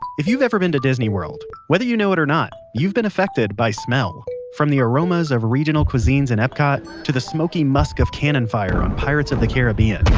if you've ever been to disney world, whether you know it or not, you've been affected by smell from the aromas of regional cuisines in epcot, to the smoky musk of cannonfire on pirates of the carribean,